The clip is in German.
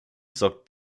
sorgt